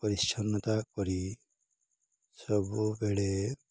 ପରିଚ୍ଛନ୍ନତା କରି ସବୁବେଳେ